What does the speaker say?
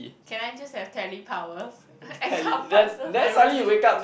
can I just have tele powers encompasses everything